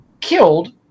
killed